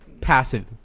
Passive